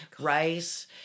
rice